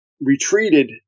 retreated